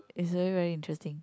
is really really interesting